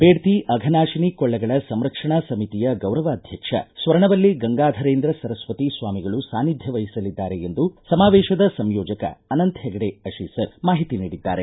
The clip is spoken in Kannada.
ಬೇಡ್ತಿ ಅಘನಾಶಿನಿ ಕೊಳ್ಳಗಳ ಸಂರಕ್ಷಣಾ ಸಮಿತಿಯ ಗೌರವಾಧ್ಯಕ್ಷ ಸ್ವರ್ಣವಲ್ಲೀ ಗಂಗಾಧರೇಂದ್ರ ಸರಸ್ವತೀ ಸ್ನಾಮಿಗಳು ಸಾನ್ನಿಧ್ಯ ವಹಿಸಲಿದ್ದಾರೆ ಎಂದು ಸಮಾವೇಶದ ಸಂಯೋಜಕ ಅನಂತ ಹೆಗಡೆ ಅಶೀಸರ ಮಾಹಿತಿ ನೀಡಿದ್ದಾರೆ